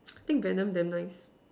I think Venom damn nice